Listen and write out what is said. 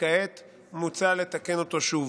וכעת מוצע לתקן אותו שוב.